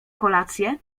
kolację